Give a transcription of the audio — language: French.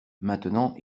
maintenant